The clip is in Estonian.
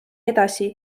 edasi